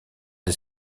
des